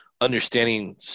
understanding